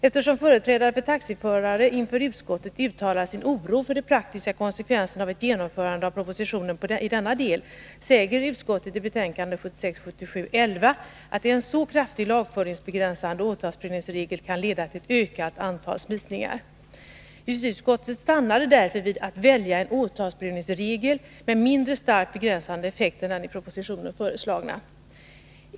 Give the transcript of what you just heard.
Eftersom företrädare för taxiförare inför justitieutskottet uttalat sin oro för de praktiska konsekvenserna av ett genomförande av propositionen i denna del säger utskottet i betänkande 1976/77:11 att en så kraftig lagföringsbegränsande åtalsprövningsregel kan leda till ett ökat antal smitningar. Justitieutskottet stannade därför vid att välja en åtalsprövningsregel med mindre starkt begränsande effekt än den i propositionen föreslagna.